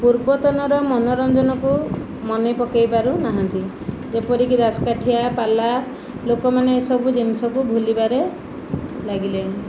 ପୂର୍ବତନର ମନୋରଞ୍ଜନକୁ ମନେ ପକାଇ ପାରୁନାହାନ୍ତି ଯେପରିକି ଦାଶକାଠିଆ ପାଲା ଲୋକମାନେ ଏସବୁ ଜିନିଷକୁ ଭୁଲିବାରେ ଲାଗିଲେଣି